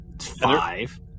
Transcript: Five